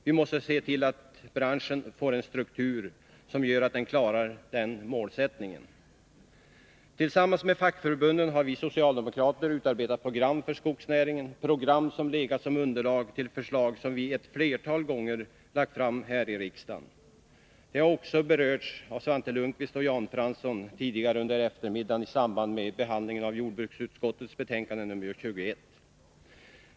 Vi måste se till att branschen får en struktur som gör att den klarar den målsättningen. Tillsammans med fackförbunden har vi socialdemokrater utarbetat program för skogsnäringen. Det är program som utgjort underlag till förslag som vi ett flertal gånger lagt fram här i riksdagen. De har också berörts av Svante Lundkvist och Jan Fransson tidigare under eftermiddagen i samband med behandlingen av jordbruksutskottets betänkande nr 21.